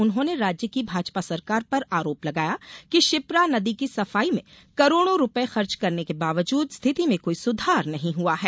उन्होंने राज्य की भाजपा सरकार पर आरोप लगाया कि क्षिप्रा नदी की सफाई में करोडों रुपये खर्च करने के बावजूद स्थिति में कोई सुधार नहीं हुआ है